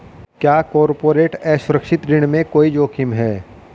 क्या कॉर्पोरेट असुरक्षित ऋण में कोई जोखिम है?